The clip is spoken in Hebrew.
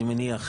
אני מניח,